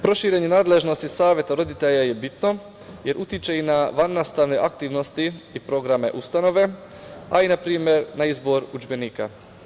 Proširenje nadležnosti saveta roditelja je bitno jer utiče i na vannastavne aktivnosti i programe ustanove, a i na primer na izbor udžbenika.